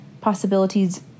possibilities